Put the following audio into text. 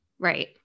Right